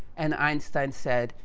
and, einstein said,